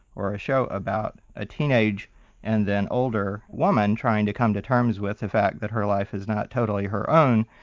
or a show about a teenaged and then older woman trying to come to terms with the fact that her life is not totally her own,